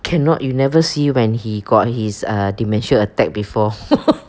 cannot you never see when he got his uh dementia attack before